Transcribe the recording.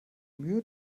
mühe